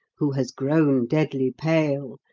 who has grown deadly pale,